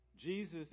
Jesus